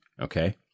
okay